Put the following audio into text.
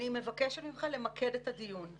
מבקשת ממך למקד את הדיון.